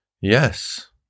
Yes